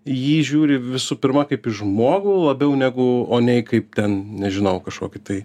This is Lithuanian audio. į jį žiūri visų pirma kaip į žmogų labiau negu o ne į kaip ten nežinau kažkokį tai